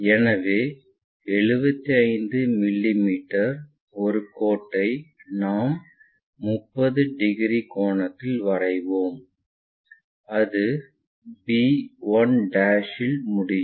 எனவே 75 மிமீ ஒரு கோட்டை நாம் 30 டிகிரி கோணத்தில் வரைவோம் அது b 1 இல் முடியும்